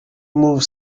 move